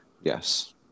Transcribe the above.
Yes